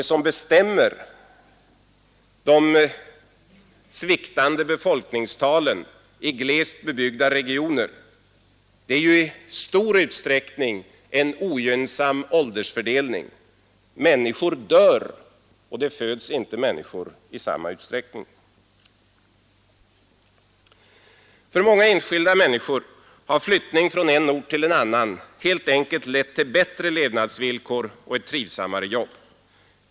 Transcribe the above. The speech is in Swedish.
Det som bestämmer de sviktande befolkningstalen i glest bebyggda regioner är ju i hög grad en ogynnsam åldersfördelning. Människor dör och det föds inte människor i samma utsträckning. För många enskilda människor har flyttning från en ort till en annan helt enkelt lett till bättre levnadsvillkor och ett trivsammare jobb.